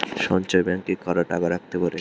সঞ্চয় ব্যাংকে কারা টাকা রাখতে পারে?